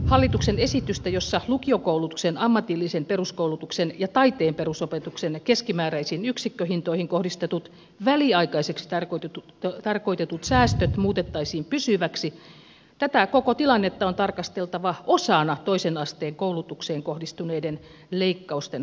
hallituksen esitystä jossa lukiokoulutuksen ammatillisen peruskoulutuksen ja taiteen perusopetuksen keskimääräisiin yksikköhintoihin kohdistetut väliaikaisiksi tarkoitetut säästöt muutettaisiin pysyviksi ja tätä koko tilannetta on tarkasteltava osana toisen asteen koulutukseen kohdistuneiden leikkausten kokonaisuutta